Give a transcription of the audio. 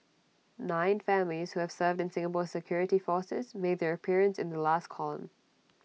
nine families who have served in Singapore's security forces made their appearance in the last column